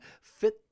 fit